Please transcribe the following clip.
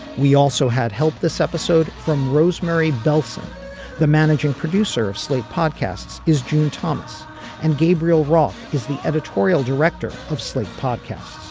we also had help this episode from rosemary belson the managing producer of slate podcasts is june thomas and gabriel roth is the editorial director of slate podcasts.